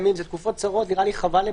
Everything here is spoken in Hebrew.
שאמרתי לגבי הדברים שהם בכלל לא במחלוקת,